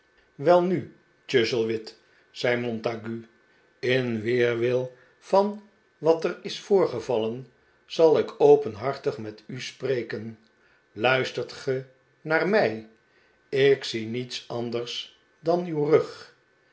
welnu chuzzlewit zfei montague in weerwil van wat er is voorgevallen zal ik openhartig met u spreken luistert ge naar mij ik zie niets anders dan uw rug